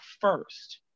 first